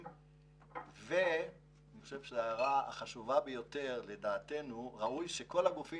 אני חושב שההערה החשובה ביותר לדעתנו היא: ראוי שכל הגופים